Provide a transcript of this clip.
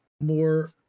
more